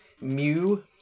Mew